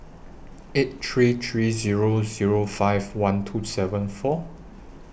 eight three three Zero Zero five one two seven four